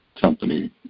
company